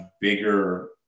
bigger